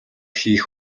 хийх